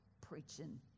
preaching